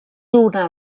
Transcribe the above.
una